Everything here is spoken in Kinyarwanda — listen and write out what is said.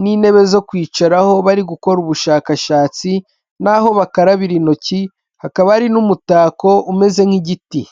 n'intebe zo kwicaraho bari gukora ubushakashatsi naho bakarabira intoki hakaba hari n'umutako umeze nk'igiti.